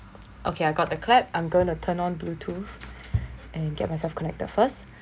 okay I got the clap I'm going to turn on bluetooth and get myself connected first